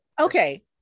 Okay